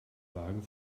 wagen